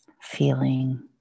feeling